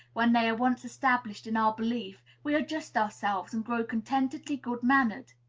when they are once established in our belief, we adjust ourselves, and grow contentedly good-mannered.